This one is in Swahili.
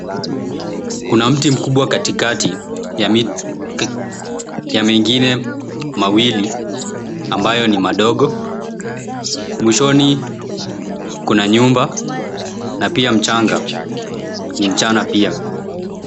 Kuna mti mkubwa katikati ya mengine mawili ambayo ni madogo. Mwishoni kuna nyumba na pia mchanga, ni mchana pia.